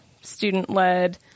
student-led